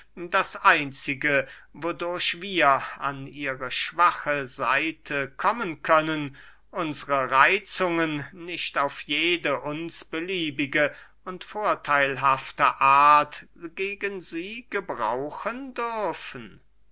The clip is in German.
das einzige wodurch wir an ihre schwache seite kommen können unsre reitzungen nicht auf jede uns beliebige und vortheilhafte art gegen sie gebrauchen dürfen